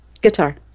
Guitar